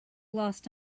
lost